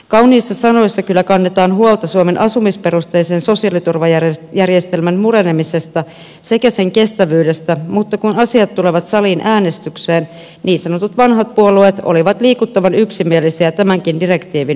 kauniissa sanoissa kyllä kannetaan huolta suomen asumisperusteisen sosiaaliturvajärjestelmän murenemisesta sekä sen kestävyydestä mutta kun asiat tulevat saliin äänestykseen niin sanotut vanhat puolueet olivat liikuttavan yksimielisiä tämänkin direktiivin hyväksymisessä